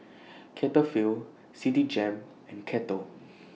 Cetaphil Citigem and Kettle